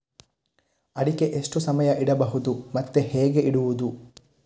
ಅಡಿಕೆ ಎಷ್ಟು ಸಮಯ ಇಡಬಹುದು ಮತ್ತೆ ಹೇಗೆ ಇಡುವುದು?